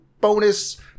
bonus